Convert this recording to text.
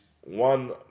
one